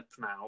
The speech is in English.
now